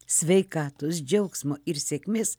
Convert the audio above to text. sveikatos džiaugsmo ir sėkmės